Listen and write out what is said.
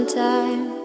time